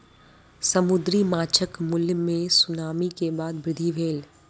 समुद्री माँछक मूल्य मे सुनामी के बाद वृद्धि भेल